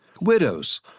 Widows